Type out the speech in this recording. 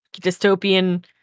dystopian